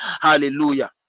hallelujah